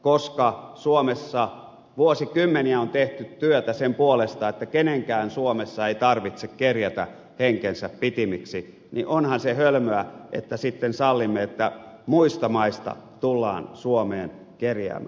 koska suomessa vuosikymmeniä on tehty työtä sen puolesta että kenenkään suomessa ei tarvitse kerjätä henkensä pitimiksi niin onhan se hölmöä että sitten sallimme että muista maista tullaan suomeen kerjäämään